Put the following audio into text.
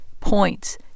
points